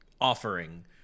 offering